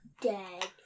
dead